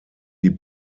die